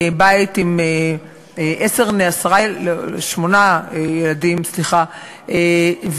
בית עם עשרה, שמונה ילדים, סליחה.